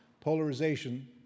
polarization